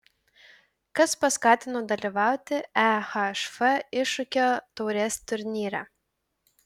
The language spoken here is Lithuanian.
kas paskatino dalyvauti ehf iššūkio taurės turnyre